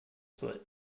foot